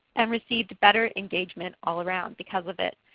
and received better engagement all around because of it.